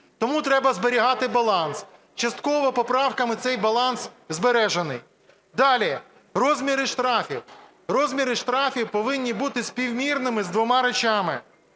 Тому треба зберігати баланс, частково поправками цей баланс збережений. Далі – розміри штрафів. Розміри штрафів повинні бути співмірними з двома речами: